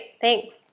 Thanks